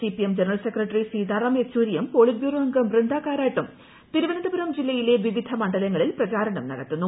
CPM general secretary Sitaram Yechury polit bureau അംഗം ബൃന്ദ കാരാട്ടും തിരുവനന്തപൂരം ജില്ലയിലെ വിവിധ മണ്ഡലങ്ങളിൽ പ്രചാരണം നടത്തുന്നു